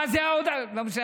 אין ניצחון.